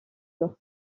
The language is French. leur